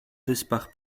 wyspach